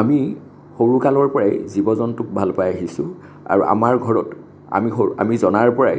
আমি সৰু কালৰ পৰাই জীৱ জন্তুক ভাল পাই আহিছোঁ আৰু আমাৰ ঘৰত আমি আমি জনাৰ পৰাই